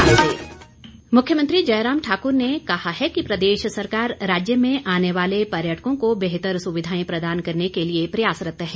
मुख्यमंत्री मुख्यमंत्री जयराम ठाकुर ने कहा है कि प्रदेश सरकार राज्य में आने वाले पर्यटकों को बेहतर सुविधाएं प्रदान करने के लिए प्रयासरत है